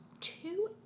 two